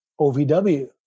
OVW